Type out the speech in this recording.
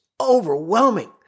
overwhelming